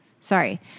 Sorry